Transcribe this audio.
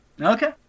Okay